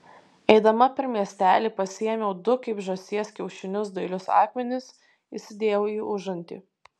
eidama per miestelį pasiėmiau du kaip žąsies kiaušinius dailius akmenis įsidėjau į užantį